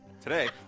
Today